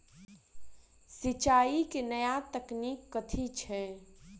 सिंचाई केँ नया तकनीक कथी छै?